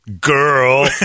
Girl